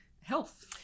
health